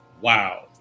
wow